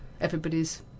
everybody's